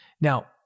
Now